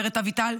אומרת אביטל,